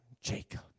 Jacob